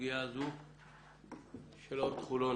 בסוגיה הזו של אורט חולון